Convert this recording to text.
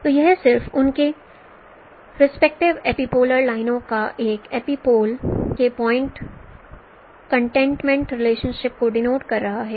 तो यह सिर्फ उनके रेस्पेक्टिव एपीपोलर लाइनों पर एपिपोल के पॉइंट कंटेंटमेंट रिलेशनशिप को डिनोट कर रहा है